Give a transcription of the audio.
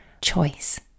choice